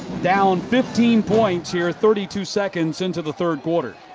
down fifteen points here, thirty two seconds into the third quarter.